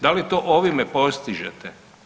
Da li to ovime postižete?